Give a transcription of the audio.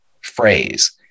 phrase